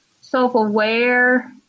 self-aware